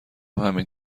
همین